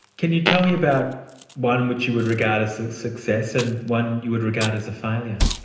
can you tell me about one which you would regard as a success and one you would regard as a failure?